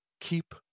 keep